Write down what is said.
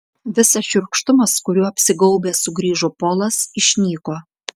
visas šiurkštumas kuriuo apsigaubęs sugrįžo polas išnyko